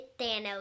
Thanos